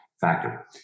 factor